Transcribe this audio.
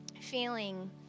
feeling